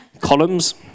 Columns